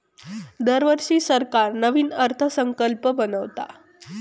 दरवर्षी सरकार नवीन अर्थसंकल्प बनवता